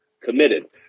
committed